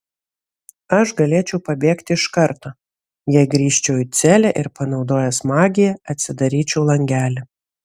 aš galėčiau pabėgti iš karto jei grįžčiau į celę ir panaudojęs magiją atsidaryčiau langelį